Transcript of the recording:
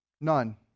None